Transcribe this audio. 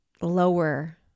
lower